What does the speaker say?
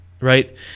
right